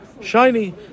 shiny